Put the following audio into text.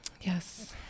yes